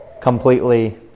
completely